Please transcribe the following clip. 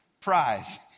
prize